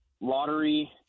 lottery